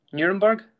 Nuremberg